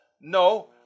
No